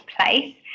place